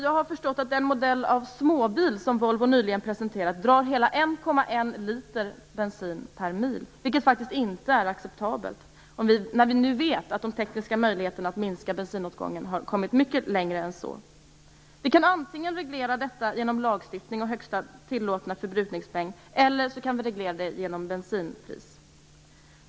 Jag har förstått att den modell av småbil som Volvo nyligen presenterat drar hela 1,1 liter bensin per mil. Det är faktiskt inte acceptabelt, när vi nu vet att de tekniska möjligheterna att minska bensinåtgången har kommit mycket längre än så. Detta kan regleras antingen genom lagstiftning och högsta tillåtna förbrukningsmängd eller genom bensinpris.